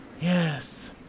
Yes